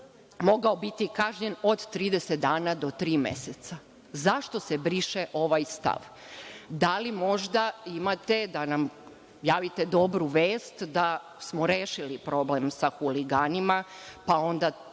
moga biti kažnjen od 30 dana do tri meseca? Zašto se briše ovaj stav? Da li možda imate da nam javite dobru vest da smo rešili problem sa huliganima, pa onda